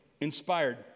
inspired